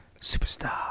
Superstar